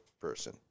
person